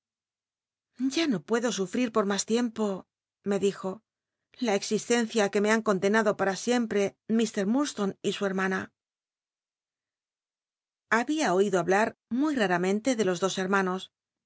ya no puedo sufrir por mas tienrpo me dijo la existencia í que me han condenado para siempre fr liurdstone y su hermana había oido hablar muy raramente de los dos hcrmanos